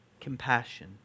compassion